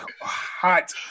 hot